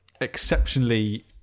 exceptionally